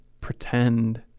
pretend